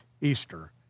Easter